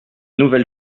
nouvelle